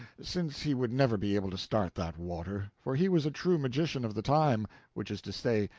since he would never be able to start that water, for he was a true magician of the time which is to say,